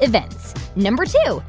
events number two,